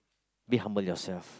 be humble in yourself